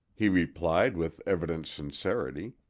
he replied with evident sincerity,